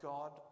God